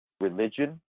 religion